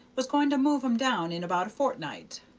was going to move em down in about a fortnight.